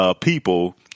people